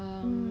center